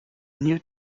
new